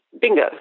bingo